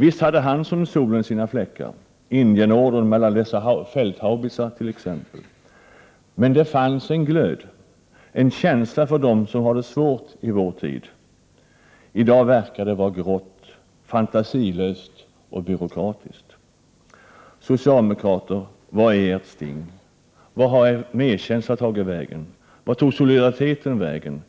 Visst hade han som solen sina fläckar — Indienordern med alla dessa fälthaubitsar t.ex. Men det fanns en glöd — en känsla för dem som har det svårt i världen. I dag verkar det vara grått, fantasilöst, byråkratiskt. Socialdemokrater! Var är ert sting? Vart har er medkänsla tagit vägen? Vart tog solidariteten vägen?